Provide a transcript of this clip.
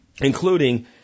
Including